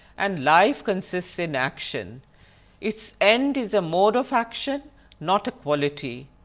and life consists in action its end is ah mode of action not a quality.